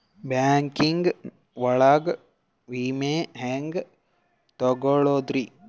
Banking ಒಳಗ ವಿಮೆ ಹೆಂಗ್ ತೊಗೊಳೋದ್ರಿ?